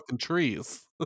trees